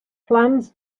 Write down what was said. plans